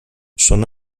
són